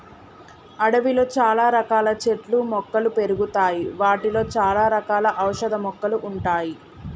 అడవిలో చాల రకాల చెట్లు మొక్కలు పెరుగుతాయి వాటిలో చాల రకాల ఔషధ మొక్కలు ఉంటాయి